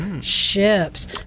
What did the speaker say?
Ships